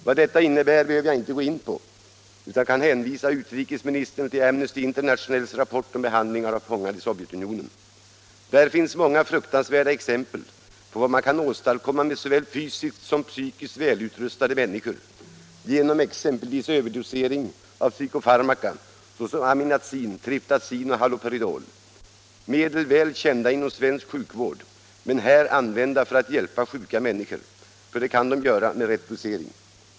Vad detta innebär behöver jag inte gå in på utan kan hänvisa utrikesministern till Amnesty Internationals rapport om behandlingen av fångar i Sovjetunionen. Det finns många fruktansvärda exempel på vad man kan åstadkomma med såväl fysiskt som psykiskt välutrustade människor genom exempelvis överdosering av psykofarmaka såsom aminazin, triftazin och haloperidol — medel väl kända inom svensk sjukvård men här använda för att hjälpa sjuka människor; det kan de göra med rätt dosering.